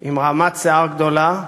עם רעמת שיער גדולה,